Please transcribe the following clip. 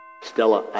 Stella